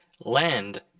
Land